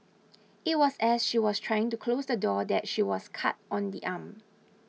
it was as she was trying to close the door that she was cut on the arm